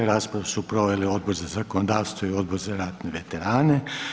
Raspravu su proveli Odbor za zakonodavstvo i Odbor za ratne veterane.